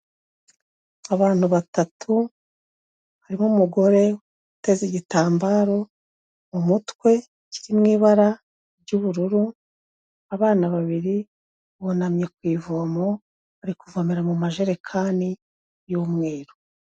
Abantu batatu, harimo umugore uteze igitambaro mu mutwe kiri mu ibara ry'ubururu, abana babiri bunamye ku ivomo bari kuvomera mu majerekani y'umweru.